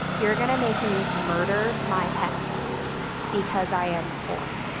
you're going to make me murder my pet because i am poor.